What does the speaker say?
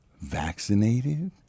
vaccinated